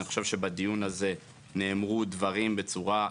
אני חושב שבדיון הזה נאמרו דברים בצורה בוטה.